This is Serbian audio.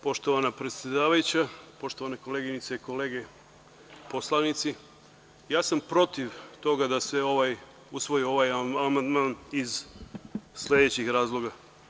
Poštovana predsedavajuća, poštovane koleginice i kolege poslanice, ja sam protiv da se usvoji ovaj amandman iz sledećih razloga.